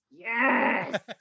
yes